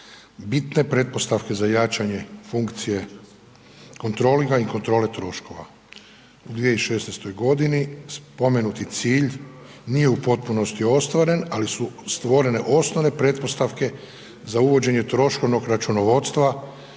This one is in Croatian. bitne pretpostavke za jačanje funkcije kontrolinga i kontrole troškova. U 2016.g. spomenuti cilj nije u potpunosti ostvaren, ali su stvorene osnovne pretpostavke za uvođenje troškovnog računovodstva